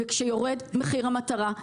כשיורד מחיר המטרה,